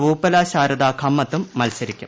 വൂപ്പല ശാരദ ഖമ്മത്തും മത്സരിക്കും